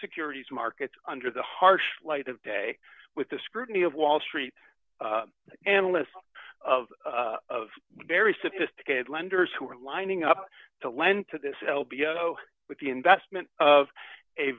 securities market under the harsh light of day with the scrutiny of wall street analysts of very sophisticated lenders who are lining up to lend to this l b o with the investment of a